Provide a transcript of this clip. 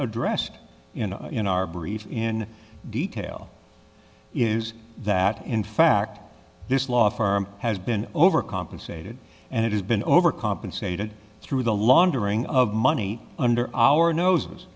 addressed in our brief in detail is that in fact this law firm has been over compensated and it has been overcompensated through the laundering of money under our nose